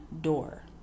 door